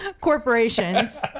corporations